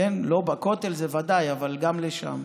בכותל בוודאי, אבל גם שם.